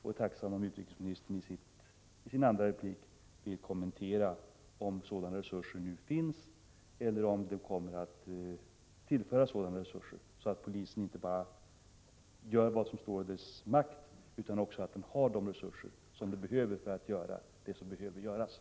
Jag vore tacksam om utrikesministern i sitt andra inlägg kunde säga om sådana resurser nu finns eller om polisen kommer att tillföras sådana resurser, så att polisen inte bara gör vad som står i dess makt utan också har de resurser som behövs för att vidta nödvändiga åtgärder.